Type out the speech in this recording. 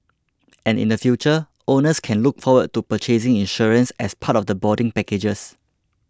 and in the future owners can look forward to purchasing insurance as part of the boarding packages